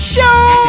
Show